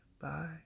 bye